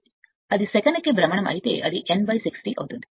ఇది సెకనుకు భ్రమణం అయితే అది N 60 అవుతుంది